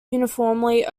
uniformly